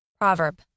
Proverb